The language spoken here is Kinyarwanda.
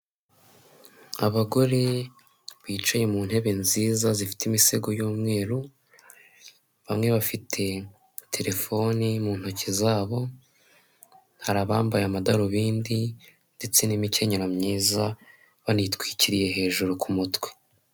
Abagore bicaye mu ntebe nziza zifite imisego y'umweru, bamwe bafite terefone mu ntoki zabo hari abambaye amadarobindi ndetse n'imikenyero myiza banitwikiriye hejuru ku mutwe.